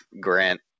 Grant